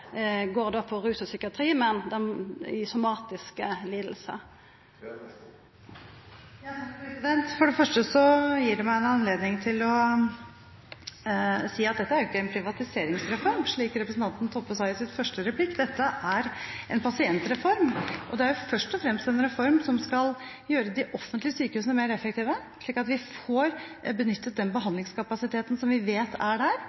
rus og psykiatri, men somatiske lidingar. For det første gir det meg en anledning til å si at dette ikke er en privatiseringsreform, slik representanten Toppe sa i sin første replikk. Dette er en pasientreform, og det er først og fremst en reform som skal gjøre de offentlige sykehusene mer effektive, slik at vi får benyttet den behandlingskapasiteten som vi vet er der,